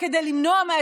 חבר הכנסת